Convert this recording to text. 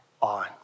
on